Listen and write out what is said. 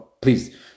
please